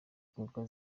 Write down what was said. ikorwa